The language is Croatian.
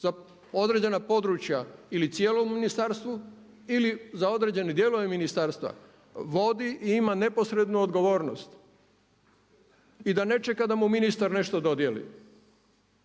za određena područja ili cijelom ministarstvu ili za određene dijelove ministarstva vodi i ima neposrednu odgovornost i da ne čeka da mu ministar nešto dodijeli.